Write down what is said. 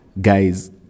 guys